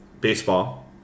baseball